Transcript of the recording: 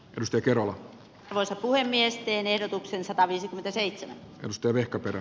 pystyykö ru naiset puhemiesten ehdotuksen sataviisikymmentäseitsemän steve cropper